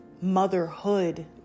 motherhood